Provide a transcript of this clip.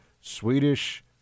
Swedish